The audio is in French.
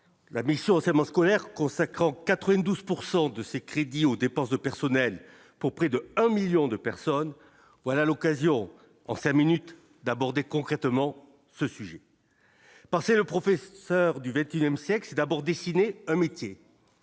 La mission enseignement scolaire consacrant 92 pourcent de ses crédits aux dépenses de personnel pour près de 1 1000000 de personnes, voilà l'occasion en 5 minutes d'aborder concrètement ce sujet par c'est le professeur du XXIe siècle, c'est d'abord dessiné un métier